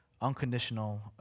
unconditional